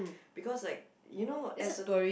because like you know as a